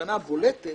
המסקנה הבולטת